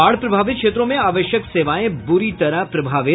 बाढ़ प्रभावित क्षेत्रों में आवश्यक सेवाएं बुरी तरह प्रभावित